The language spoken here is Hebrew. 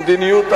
ומדיניות,